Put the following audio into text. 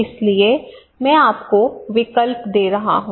इसलिए मैं आपको विकल्प दे रहा हूं